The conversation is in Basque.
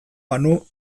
banu